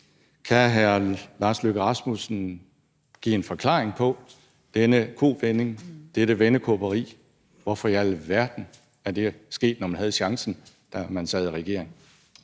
Kan hr. Lars Løkke Rasmussen give en forklaring på denne kovending, dette vendekåberi? Hvorfor i alverden er det ikke sket, når man havde chancen, da man sad i regering?